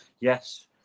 yes